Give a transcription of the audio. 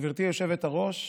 גברתי היושבת-ראש,